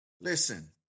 listen